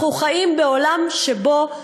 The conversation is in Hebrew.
אנחנו חיים בעולם שבו,